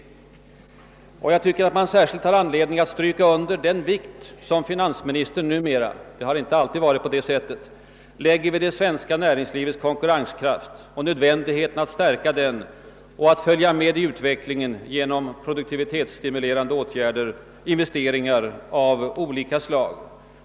Jag tycker att man särskilt har anledning att observera den vikt som finansministern numera — det har inte alltid varit på det sättet — lägger vid det svenska näringslivets konkurrenskraft samt nödvändigheten av att stärka den och att följa med i utvecklingen genom produktivitetsstimulerande investeringar av olika slag.